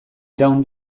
iraun